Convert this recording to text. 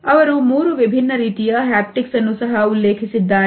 ಅವರು ಮೂರು ವಿಭಿನ್ನ ರೀತಿಯ ಹ್ಯಾಪ್ಟಿಕ್ಸ್ ಅನ್ನು ಸಹ ಉಲ್ಲೇಖಿಸಿದ್ದಾರೆ